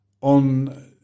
on